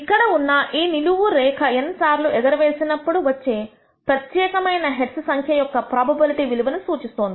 ఇక్కడ ఉన్న ఈ నిలువు రేఖ n సార్లు ఎగరవేసినప్పుడు వచ్చే ప్రత్యేకమైన హెడ్స్ సంఖ్య యొక్క ప్రోబబిలిటీ విలువను సూచిస్తోంది